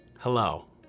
Hello